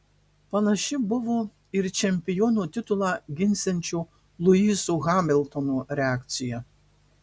panaši buvo ir čempiono titulą ginsiančio luiso hamiltono reakcija